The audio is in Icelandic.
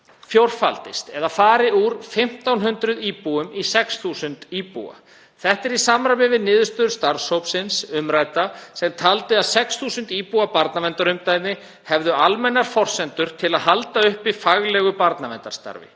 fjórfaldist eða fari úr 1.500 íbúum í 6.000 íbúa. Þetta er í samræmi við niðurstöður starfshópsins umrædda sem taldi að 6.000 íbúa barnaverndarumdæmi hefðu almennar forsendur til að halda uppi faglegu barnaverndarstarfi